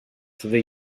through